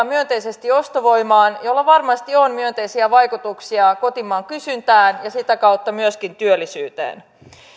myönteisesti ostovoimaan jolla varmasti on myönteisiä vaikutuksia kotimaan kysyntään ja sitä kautta myöskin työllisyyteen